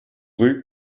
rue